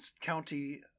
County